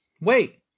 Wait